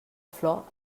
flor